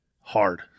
hard